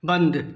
बंदि